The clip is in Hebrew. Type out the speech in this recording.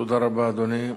תודה רבה, אדוני.